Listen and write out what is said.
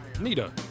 Nita